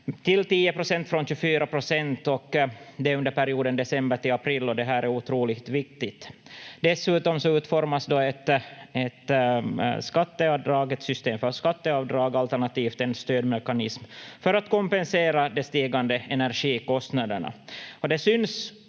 10 procent, och det under perioden december till april, och det här är otroligt viktigt. Dessutom utformas ett system för skatteavdrag, alternativt en stödmekanism, för att kompensera de stigande energikostnaderna.